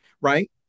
right